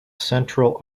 central